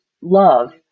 love